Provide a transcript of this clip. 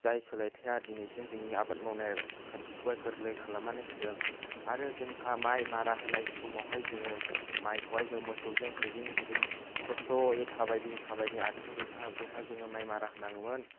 जाय सोलायथाया दिनैसिम जोंनि आबाद मावनाय खान्थिखौहाय गोरलै खालामनानै होदों आरो जोंहा माइ मारा होनाय समावहाय जोङो माइखौहाय जोङो मोसौजों होदिं होदिं खस्थ'यै थाबायदिं थाबायदिं आथिं रुइहाब रुइहाब जों माइ मारा होनाङोमोन